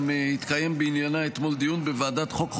גם התקיים בעניינה אתמול דיון בוועדת החוקה,